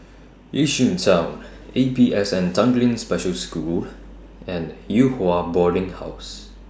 Yishun Town A P S N Tanglin Special School and Yew Hua Boarding House